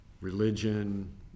religion